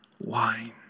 wine